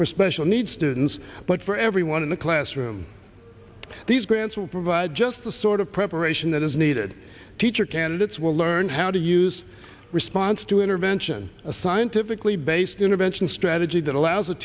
for special needs students but for everyone in the classroom these grants will provide just the sort of preparation that is needed teacher candidates will learn how to use response to intervention a scientifically based intervention strategy that allows a